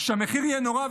שהמחיר יהיה נורא,